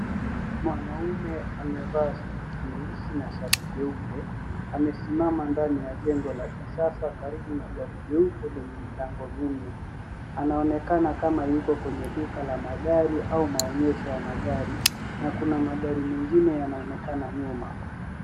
Mwanamume amevaa suti nyeusi na shati jeupe, amesimama ndani ya jengo la kisasa karibu na gari jeupe lenye milango minne. Anaonekana kama yuko kwenye duka la magari au maonyesho ya magari na kuna magari mengine yanaonekana nyuma.